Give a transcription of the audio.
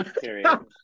Period